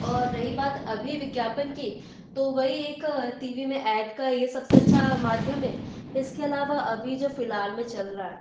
और रही बात अभी विज्ञापन की तो वही एक टी वी में ऐड का ये सबसे अच्छा माध्यम है इसके अलावा अभी जो फ़िलहाल में चल रहा